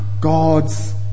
God's